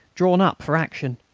drawn up for action?